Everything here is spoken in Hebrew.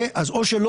או שזה